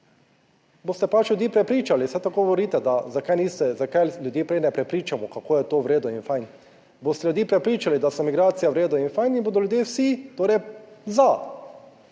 boste pač ljudi prepričali, saj tako govorite, da, zakaj niste, zakaj ljudi prej ne prepričamo, kako je to v redu in fajn. Boste ljudi prepričali, da so migracije v redu in fajn in bodo ljudje vsi,